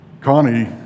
Connie